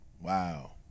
Wow